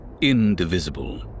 indivisible